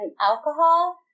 alcohol